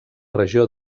regió